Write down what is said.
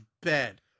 bed